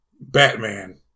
Batman